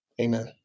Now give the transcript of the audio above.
Amen